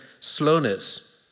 slowness